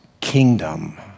kingdom